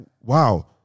wow